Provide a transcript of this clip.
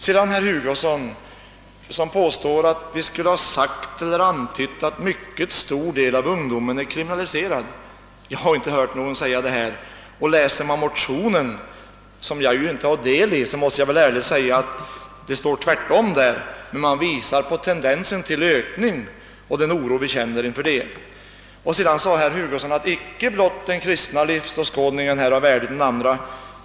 Sedan påstod herr Hugosson att vi skulle ha antytt att en mycket stor del av ungdomen är kriminaliserad. Det har jag inte hört någon säga här. Och läser man motionen — som jag inte har någon del i — så står där raka motsatsen. Men man visar på tendensen till ökning och känner oro för den. Ävenså sade herr Hugosson att det inte bara är den kristna livsåskådningen som är av värde; det finns andra.